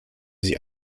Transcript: sie